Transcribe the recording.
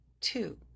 Two